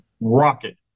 Rocket